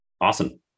Awesome